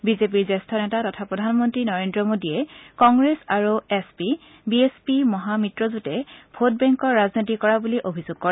বিজেপিৰ জ্যেষ্ঠ নেতা তথা প্ৰধানমন্ত্ৰী নৰেন্দ্ৰ মোদীয়ে কংগ্ৰেছ আৰু S P B S P মহা মিত্ৰজোটে ভোটবেংকৰ ৰাজনীতি কৰা বুলি অভিযোগ কৰে